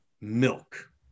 milk